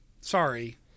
Sorry